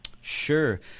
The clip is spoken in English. sure